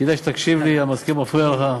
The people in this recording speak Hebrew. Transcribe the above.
כדאי שתקשיב לי, המזכיר מפריע לך.